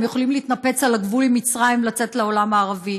הם יכולים להתנפץ על הגבול עם מצרים ולצאת לעולם הערבי,